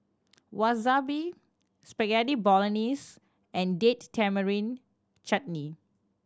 Wasabi Spaghetti Bolognese and Date Tamarind Chutney